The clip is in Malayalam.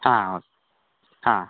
ആ ഒ ആ